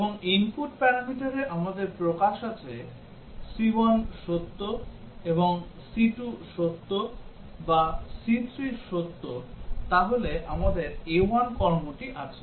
এবং input প্যারামিটারে আমাদের প্রকাশ আছে c1 সত্য এবং c2 সত্য বা c3 সত্য তাহলে আমাদের A1 কর্মটি আছে